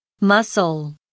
Muscle